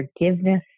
forgiveness